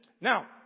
Now